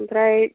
ओमफ्राय